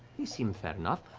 seem fair enough.